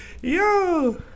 Yo